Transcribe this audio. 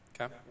Okay